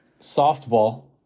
softball